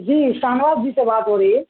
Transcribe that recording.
جی شاہ نواز جی سے بات ہو رہی ہے